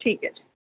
ਠੀਕ ਹੈ ਜੀ